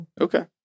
Okay